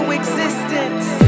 existence